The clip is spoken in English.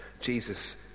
Jesus